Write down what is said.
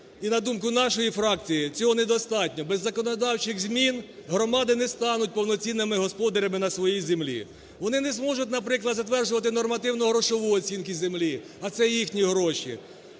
і на думку нашої фракції, цього недостатньо. Без законодавчих змін громади не стануть повноцінними господарями на своїй землі, вони не зможуть, наприклад, затверджувати нормативно-грошову оцінку землі, а це їхні гроші.